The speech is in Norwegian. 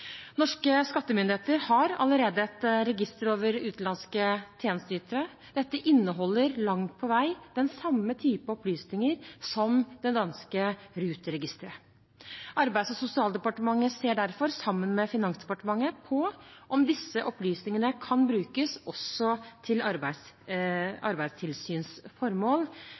Norske skattemyndigheter har allerede et register over utenlandske tjenesteytere. Dette inneholder langt på vei den samme type opplysninger som det danske RUT-registeret. Arbeids- og sosialdepartementet ser derfor, sammen med Finansdepartementet, på om disse opplysningene kan brukes også til arbeidstilsynsformål,